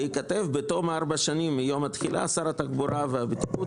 וייכתב: בתום 4 שנים מיום התחילה שר התחבורה והבטיחות